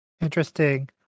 interesting